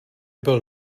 byl